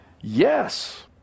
Yes